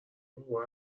بابا